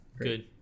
good